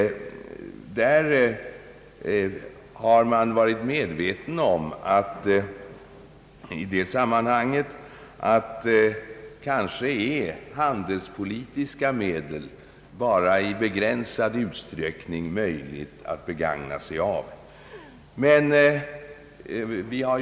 Där har man i det sammanhanget varit medveten om att handelspolitiska medel kanske kan begagnas bara i begränsad utsträckning.